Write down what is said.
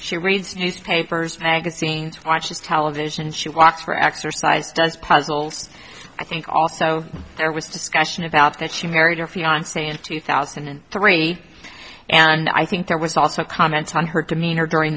she reads newspapers magazines watches television she walks for exercise does puzzles i think also there was discussion about that she married her fiance in two thousand and three and i think there was also comments on her demeanor during